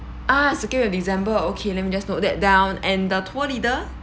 ah second week of december okay let me just note that down and the tour leader